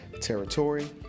territory